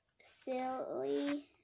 silly